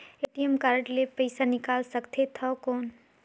ATM card ले पइसा निकाल सकथे थव कौन?